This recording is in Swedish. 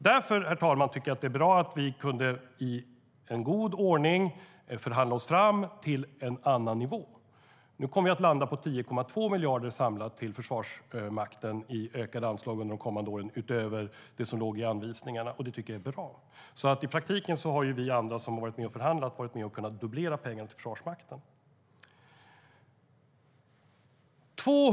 Därför är det bra att vi i god ordning kunde förhandla oss fram till en annan nivå. Nu kommer vi att landa på 10,2 miljarder kronor i ökade anslag till Försvarsmakten under de kommande åren utöver det som låg i anvisningarna, och det tycker jag är bra. I praktiken har vi andra som har varit med och förhandlat kunnat dubblera pengarna till Försvarsmakten.